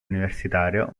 universitario